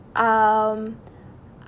so um